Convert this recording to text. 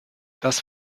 das